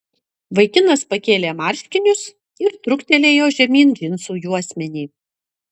vaikinas pakėlė marškinius ir truktelėjo žemyn džinsų juosmenį